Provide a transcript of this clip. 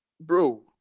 bro